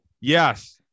Yes